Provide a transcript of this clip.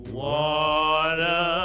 water